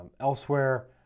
elsewhere